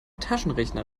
taschenrechner